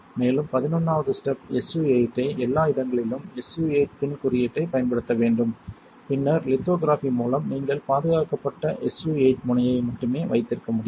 மேலும் 11 வது step SU 8 ஐ எல்லா இடங்களிலும் SU 8 பின் குறியீட்டைப் பயன்படுத்த வேண்டும் பின்னர் லித்தோகிராஃபி மூலம் நீங்கள் பாதுகாக்கப்பட்ட SU 8 முனையை மட்டுமே வைத்திருக்க முடியும்